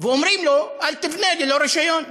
ואומרים לו: אל תבנה ללא רישיון.